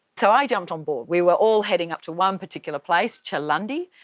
so i jumped on board. we were all heading up to one particular place, chaelundi,